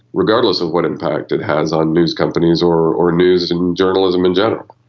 regardless of what impact it has on news companies or or news and journalism in general.